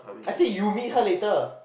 I said you meet her later